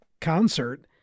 concert